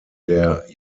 der